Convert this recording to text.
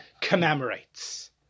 commemorates